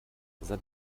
seit